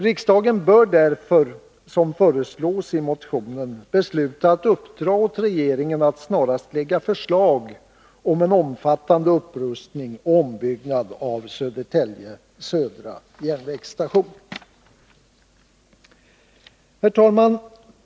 Riksdagen bör därför, som föreslås i motionen, besluta att uppdra åt regeringen att snarast lägga fram förslag om en omfattande upprustning och ombyggnad av Södertälje Södra järnvägsstation. Herr talman!